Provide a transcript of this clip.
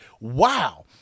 Wow